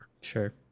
Sure